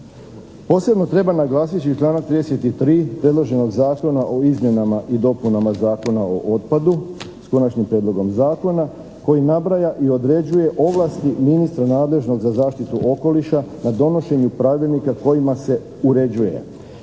Posebno treba naglasiti članak 33. predloženog Zakona o izmjenama i dopunama Zakona o otpadu, s Konačnim prijedlogom zakona koji nabraja i određuje ovlasti ministra nadležnog za zaštitu okoliša na donošenju pravilnika kojima se uređuje,